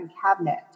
cabinet